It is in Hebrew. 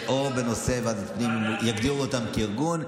בנושא ועדת הפנים יגדירו אותם כארגון,